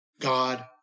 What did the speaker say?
God